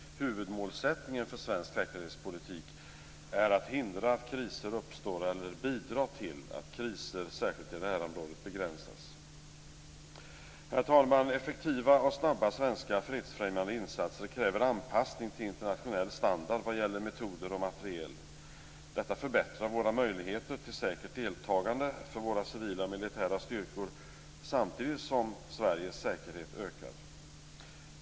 Huvudmålsättningen för svensk säkerhetspolitik är att hindra att kriser uppstår eller att bidra till att kriser, särskilt i närområdet, begränsas. Herr talman! Effektiva och snabba svenska fredsfrämjande insatser kräver anpassning till internationell standard vad gäller metoder och materiel. Detta förbättrar våra möjligheter till säkert deltagande för våra civila och militära styrkor, samtidigt som Sveriges säkerhet ökar.